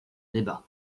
débat